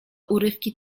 urywki